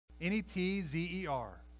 N-E-T-Z-E-R